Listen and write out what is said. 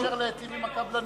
חוץ מאשר להיטיב עם הקבלנים?